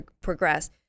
progress